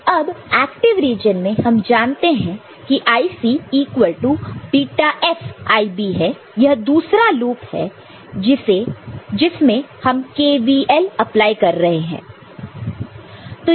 अब active region में हम जानते हैं की IC इक्वल टू βFIB है यह दूसरा लूप है जिसमें हम KVL अप्लाई कर रहे हैं